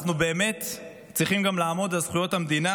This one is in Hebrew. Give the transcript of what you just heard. אנחנו באמת צריכים גם לעמוד על זכויות המדינה